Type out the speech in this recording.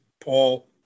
Paul